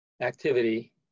activity